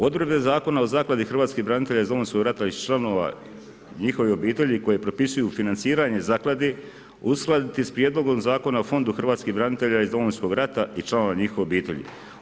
Odredbe Zakona o Zakladi hrvatskih branitelja iz Domovinskog rata i članova njihovih obitelji koje propisuju financiranje zaklade uskladiti sa Prijedlogom zakona o Fondu hrvatskih branitelja iz Domovinskog rata i članova njihovih obitelji.